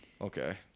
Okay